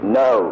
no